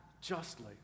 justly